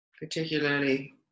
particularly